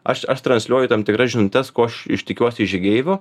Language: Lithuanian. aš aš transliuoju tam tikras žinutes ko aš iš tikiuosi iš žygeivių